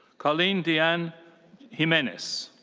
carlene dianne jimenez.